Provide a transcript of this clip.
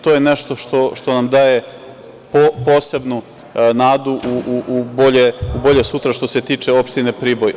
To je nešto što nam daje posebnu nadu u bolje sutra, što se tiče opštine Priboj.